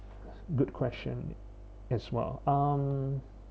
good question as well um